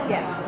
Yes